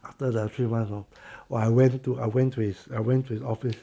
after the three months you know !wah! I went to I went to his I went to his office